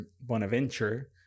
Bonaventure